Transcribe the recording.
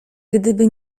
gdyby